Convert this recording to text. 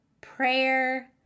prayer